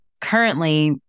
currently